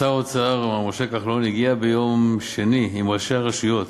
שר האוצר מר משה כחלון הגיע ביום שני לסיכום עם ראשי הרשויות